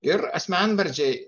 ir asmenvardžiai